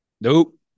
Nope